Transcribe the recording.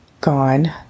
gone